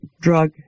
drug